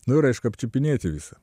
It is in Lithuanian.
nu ir aišku apčiupinėti visą